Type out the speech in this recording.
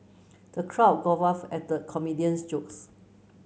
the crowd at the comedian's jokes